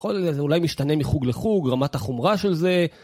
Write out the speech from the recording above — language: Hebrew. יכול...זה אולי משתנה מחוג לחוג, רמת החומרה של זה...